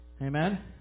Amen